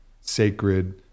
sacred